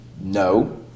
No